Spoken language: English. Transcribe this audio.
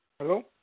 Hello